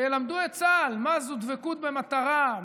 שילמדו את צה"ל מה זה דבקות במטרה,